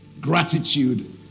Gratitude